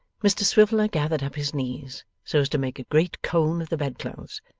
mr swiveller gathered up his knees so as to make a great cone of the bedclothes,